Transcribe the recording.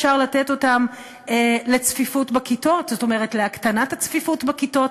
אפשר לתת אותם להקטנת הצפיפות בכיתות,